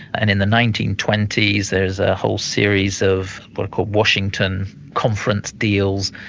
and in the nineteen twenty s there's a whole series of what are called washington conference deals,